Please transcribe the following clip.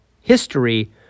history